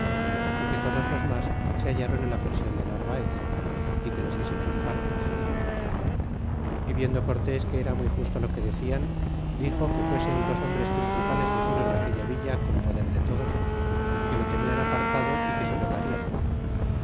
y que todos los mas se hallron en la prision de narvaez y que les diesen sus partes y viendo cortés que era muy justo lo que decian dixo que fuesen dos hombres principales vecinos de aquella villa con poder de todos y que lo tenían apartado y que se lo darían